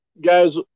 guys